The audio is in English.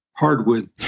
Hardwood